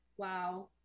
Wow